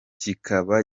kikaba